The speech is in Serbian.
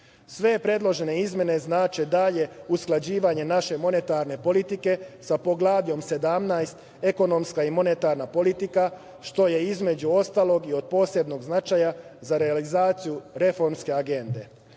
predložene izmene znače dalje usklađivanje naše monetarne politike sa Poglavljem 17 – Ekonomska i monetarna politika, što je, između ostalog, i od posebnog značaja za realizaciju reformske